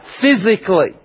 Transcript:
Physically